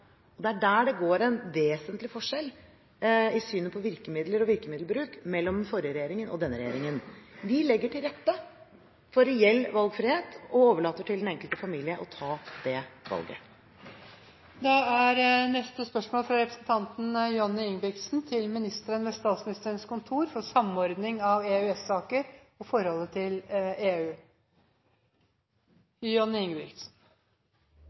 Det er der det går en vesentlig forskjell i synet på virkemidler og virkemiddelbruk mellom den forrige regjeringen og denne regjeringen. Vi legger til rette for reell valgfrihet og overlater til den enkelte familie å ta valget. Med en mamma fra Island har jeg fornøyelsen av med stor oppmerksomhet å følge med på hva islendingene gjør, og også at de har det motet til